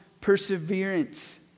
perseverance